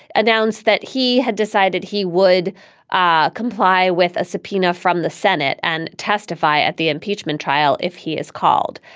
announced that he had decided he would ah comply with a subpoena from the senate and testify at the impeachment trial. if he is called,